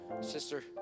sister